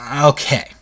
okay